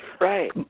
Right